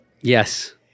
Yes